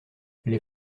les